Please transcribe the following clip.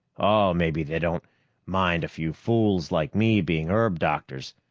oh, maybe they don't mind a few fools like me being herb doctors,